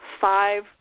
five